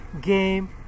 game